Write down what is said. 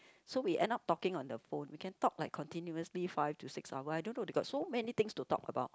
so we end up talking on the phone we can talk like continuously five to six hour I don't know there got so many things to talk about